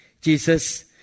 Jesus